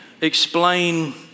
explain